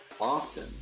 often